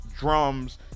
drums